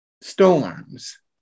storms